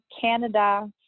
Canada